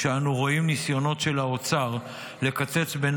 כשאנו רואים ניסיונות של האוצר לקצץ בין